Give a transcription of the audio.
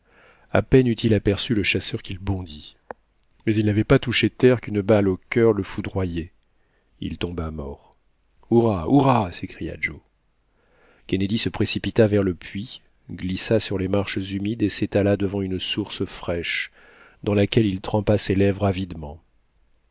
a peine eut-il aperçu le chasseur qu'il bondit mais il n'avait pas touché terre qu'une balle au cur le foudroyait il tomba mort hourra hourra s'écria joe kennedy se précipita vers le puits glissa sur les marches humides et s'étala devant une source fraîche dans laquelle il trempa ses lèvres avidement